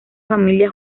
familia